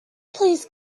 please